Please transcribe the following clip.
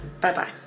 Bye-bye